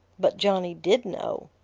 but johnny did know.